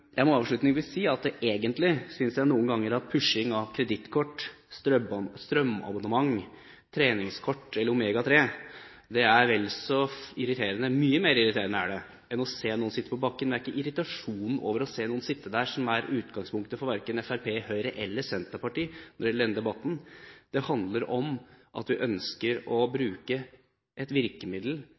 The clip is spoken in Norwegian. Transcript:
Jeg må avslutningsvis si at egentlig synes jeg noen ganger at pushing av kredittkort, strømabonnement, treningskort eller Omega 3 er vel så irriterende – mye mer irriterende er det – enn å se noen sitte på bakken. Det er ikke irritasjonen over å se noen sitte der som er utgangspunktet for verken Fremskrittspartiet, Høyre eller Senterpartiet når det gjelder denne debatten. Det handler om at vi ønsker å bruke et virkemiddel,